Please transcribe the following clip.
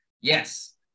Yes